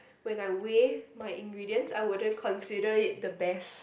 when I weigh my ingredient I wouldn't consider it the best